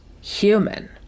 human